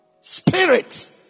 spirit